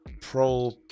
pro